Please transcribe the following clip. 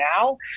now